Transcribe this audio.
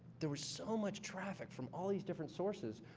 there was so much traffic from all these different sources,